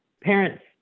Parents